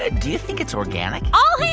ah do you think it's organic? all